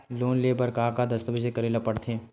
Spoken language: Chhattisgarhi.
लोन ले बर का का दस्तावेज करेला पड़थे?